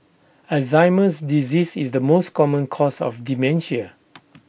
Alzheimer's disease is the most common cause of dementia